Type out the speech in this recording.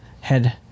head